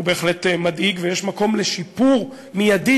הוא בהחלט מדאיג ויש מקום לשיפור מיידי.